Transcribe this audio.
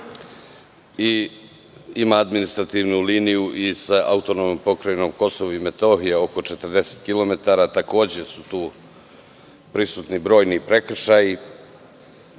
ima i administrativnu liniju i sa Autonomnom pokrajinom Kosovo i Metohija oko 40 kilometara, takođe su tu prisutni brojni prekršaji. Ako